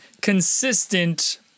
consistent